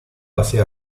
hacia